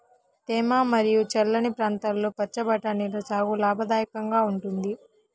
తేమ మరియు చల్లని ప్రాంతాల్లో పచ్చి బఠానీల సాగు లాభదాయకంగా ఉంటుంది